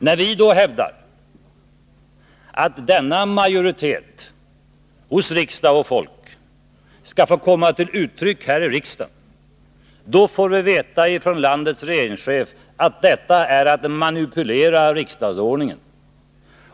När vi hävdar att denna majoritet hos riksdag och folk skall få komma till uttryck i riksdagens beslut, då får vi veta från landets regeringschef att detta är att manipulera riksdagsordningen.